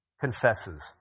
confesses